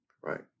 Right